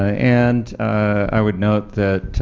and i would note that